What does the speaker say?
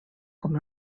com